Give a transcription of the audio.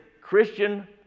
Christian